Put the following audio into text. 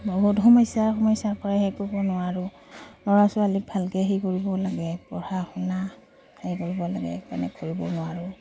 বহুত সমস্যা সমস্যাৰপৰাই হেৰি কৰিব নোৱাৰোঁ ল'ৰা ছোৱালীক ভালকৈ হেৰি কৰিবও লাগে পঢ়া শুনা হেৰি কৰিব লাগে সেইকাৰণে কৰিব নোৱাৰোঁ